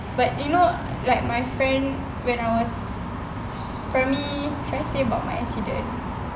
but you know like my friend when I was primary should I say about my accident